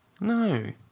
No